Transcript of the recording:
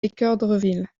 équeurdreville